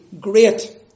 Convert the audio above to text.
great